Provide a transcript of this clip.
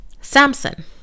Samson